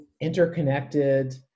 interconnected